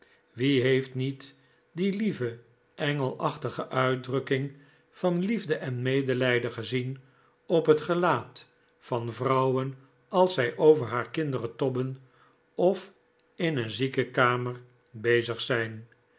wie heeft niet die lieve engelachtige uitdrukking van liefde en medelijden gezien op het gelaat van vrouwen als zij over haar kinderen tobben of in een ziekenkamer bezig zijn